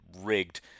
rigged